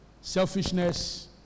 selfishness